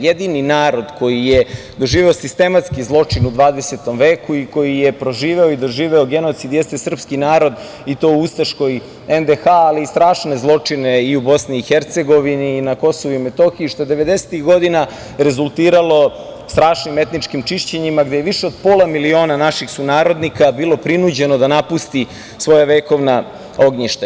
Jedini narod koji je doživeo sistematski zločin u 20. veku i koji je proživeo i doživeo genocid jeste srpski narod, i to u ustaškoj NDH, ali i strašne zločine i u Bosni i Hercegovini i na Kosovu i Metohiji, što je devedesetih godina rezultiralo strašnim etničkim čišćenjima, gde je više od pola miliona naših sunarodnika bilo prinuđeno da napusti svoja vekovna ognjišta.